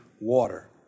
water